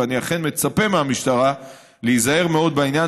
ואני אכן מצפה מהמשטרה להיזהר מאוד בעניין